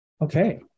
Okay